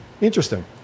Interesting